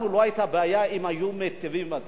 לנו לא היתה בעיה אם היו מיטיבים עם הציבור.